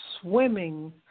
swimming